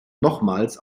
nochmals